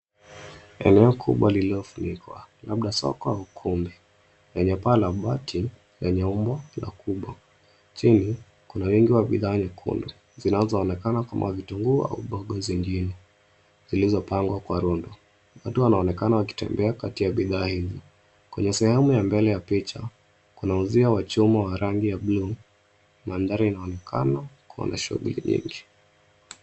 Eneo kubwa lililofunikwa, labda soko au ukumbi, yenye paa la bati, lenye umbo, na kubwa. Chini, kuna wengi wa bidhaa nyekundu, zinazoonekana kama vitunguu au mboga zingine, zilizopangwa kwa rundo. Watu wanaonekana wakitembea kati ya bidhaa hizi. Kwenye sehemu ya mbele ya picha, kuna uzio wa chuma wa rangi ya bluu. Mandhari inaonekana, kuwa na shughuli nyingi.